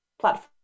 platform